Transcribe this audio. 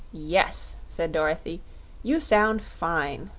yes, said dorothy you sound fine.